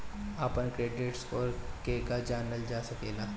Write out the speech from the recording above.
अपना credit score केगा जानल जा सकेला?